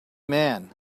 man